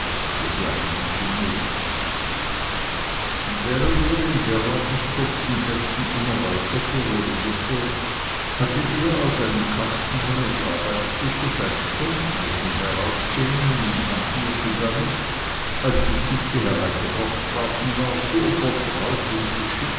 in venedig und während er in derartig kurzen sätzen immer weiter perorierte hatte er aus einem kasten seines arbeitstisches ein stemmeisen herausgenommen und hantierte damit als die kiste hereingebracht worden war so vertraut und